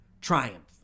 triumph